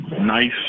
Nice